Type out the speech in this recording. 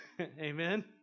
Amen